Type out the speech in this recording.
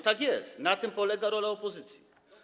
Tak jest, na tym polega rola opozycji.